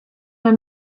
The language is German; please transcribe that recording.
der